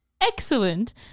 excellent